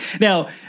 Now